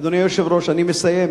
אדוני היושב-ראש, אני מסיים.